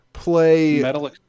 play